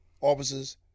officers